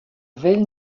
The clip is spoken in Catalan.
vell